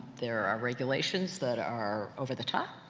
there are regulations that are over the top.